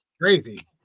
Crazy